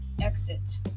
exit